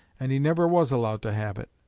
and he never was allowed to have it.